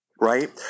right